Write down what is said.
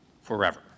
forever